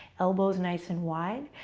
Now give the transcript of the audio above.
elbows nice and wide.